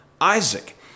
Isaac